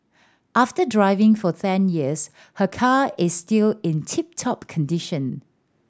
after driving for ten years her car is still in tip top condition